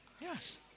Yes